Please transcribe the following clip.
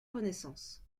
renaissance